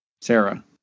Sarah